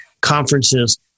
conferences